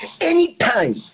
anytime